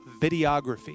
videography